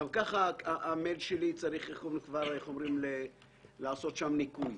גם ככה צריך לעשות ניקוי במייל שלי.